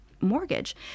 mortgage